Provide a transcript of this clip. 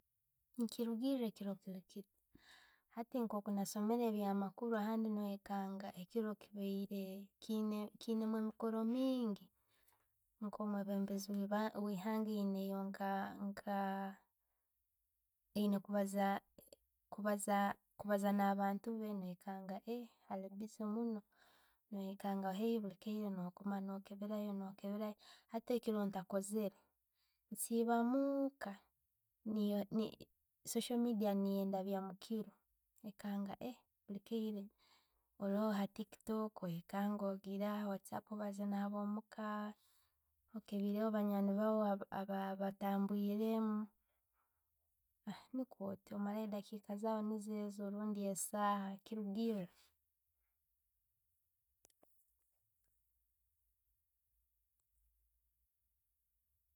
Nikiruggira ekiiro kiiri kiita. Hati nke bwenasomere ebya makuru, neikanga ekiiro kibiire kiyina kiyina emikoro miingi nkomwebezi owe- owehanga ayainaho kubaza kubaza kubaza na'bantu be noikanga ngu eee, ali busy munno noikanga hali bulikairo no'kobeerayo. Hati ekiro ntakozeere, nsiiba muuka, social media niiyo endabya mukiiro nsanga, oroho ha tiktok, okwekanga ogyiire ha whats app, no'bomuka, okeibeireho abanjwani baawe aba- ababatambwiremu nikwo ntyo, omarayo edakiika zaawe niizo ezo nke esaha, kirugiira.